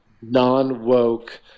non-woke